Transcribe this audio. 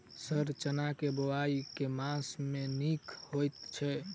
Sir चना केँ बोवाई केँ मास मे नीक होइ छैय?